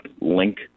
link